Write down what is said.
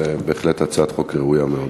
זו בהחלט הצעת חוק ראויה מאוד.